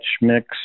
mix